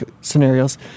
scenarios